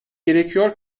gerekiyor